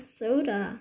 soda